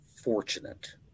fortunate